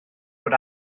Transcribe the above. bod